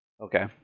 Okay